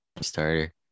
starter